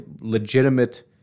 legitimate